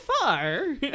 far